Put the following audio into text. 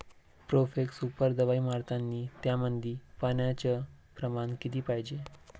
Profex super दवाई मारतानी त्यामंदी पान्याचं प्रमाण किती पायजे?